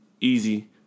easy